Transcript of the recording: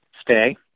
stay